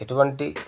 ఎటువంటి